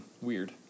Weird